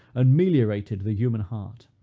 and meliorated the human heart.